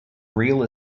real